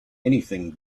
anything